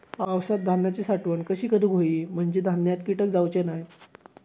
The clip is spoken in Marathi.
पावसात धान्यांची साठवण कशी करूक होई म्हंजे धान्यात कीटक जाउचे नाय?